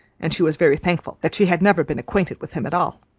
and she was very thankful that she had never been acquainted with him at all.